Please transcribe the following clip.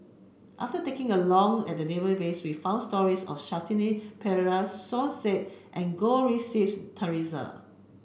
after taking a long at the database we found stories of Shanti Pereira Som Said and Goh Rui Si Theresa